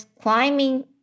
climbing